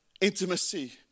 intimacy